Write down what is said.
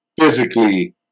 physically